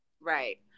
right